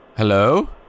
Hello